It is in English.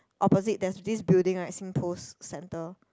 opposite there's this building right SingPost Centre